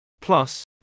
Plus